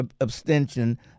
abstention